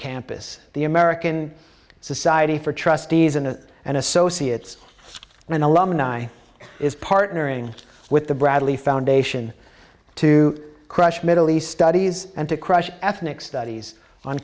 campus the american society for trustees and and associates and alumni is partnering with the bradley foundation to crush middle east studies and to crush ethnic studies on